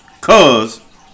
Cause